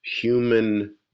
human